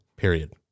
period